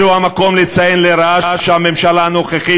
זהו המקום לציין לרעה שהממשלה הנוכחית